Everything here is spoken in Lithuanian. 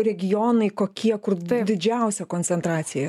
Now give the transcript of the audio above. regionai kokie kur didžiausia koncentracija